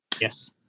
Yes